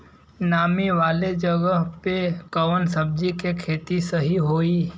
नामी वाले जगह पे कवन सब्जी के खेती सही होई?